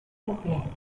game